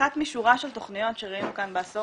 אחת משורה של תכניות שראינו כאן בעשור